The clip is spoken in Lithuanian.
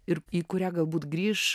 ir į kurią galbūt grįš